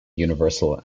universal